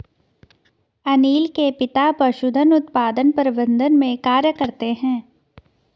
अनील के पिता पशुधन उत्पादन प्रबंधन में कार्य करते है